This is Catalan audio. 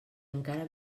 encara